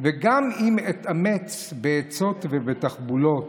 וגם אם אתאמץ בעצות ובתחבולות,